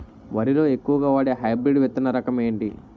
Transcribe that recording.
వరి లో ఎక్కువుగా వాడే హైబ్రిడ్ విత్తన రకం ఏంటి?